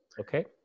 Okay